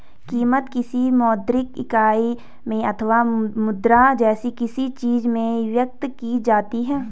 कीमत, किसी मौद्रिक इकाई में अथवा मुद्रा जैसी किसी चीज में व्यक्त की जाती है